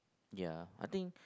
ya I think